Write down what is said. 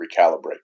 recalibrate